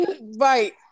Right